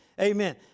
amen